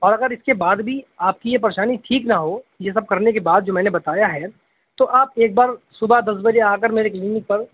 اور اگر اس کے بعد بھی آپ کی یہ پریشانی ٹھیک نہ ہو یہ سب کرنے کے بعد جو میں نے بتایا ہے تو آپ ایک بار صبح دس بجے آ کر میرے کلینک پر